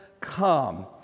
come